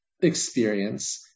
experience